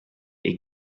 est